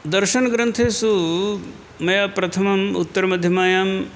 दर्शनग्रन्थेषु मया प्रथमम् उत्तरमध्यमायाम्